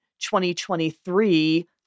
2023